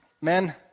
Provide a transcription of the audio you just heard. Men